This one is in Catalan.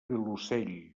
vilosell